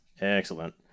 Excellent